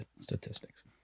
statistics